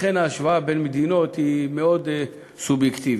לכן ההשוואה בין מדינות היא מאוד סובייקטיבית.